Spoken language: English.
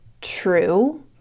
true